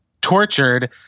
tortured